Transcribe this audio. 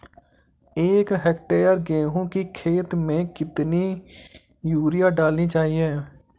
एक हेक्टेयर गेहूँ की खेत में कितनी यूरिया डालनी चाहिए?